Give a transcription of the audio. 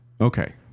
Okay